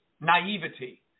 naivety